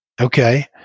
Okay